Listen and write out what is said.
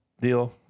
deal